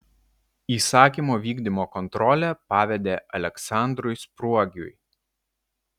įsakymo vykdymo kontrolę pavedė aleksandrui spruogiui